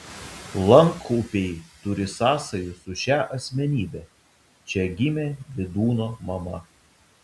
lankupiai turi sąsajų su šia asmenybe čia gimė vydūno mama